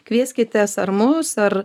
kvieskitės ar mus ar